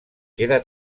queda